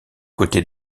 côtés